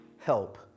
help